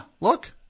look